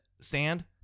sand